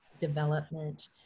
development